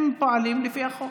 הם פועלים לפי החוק.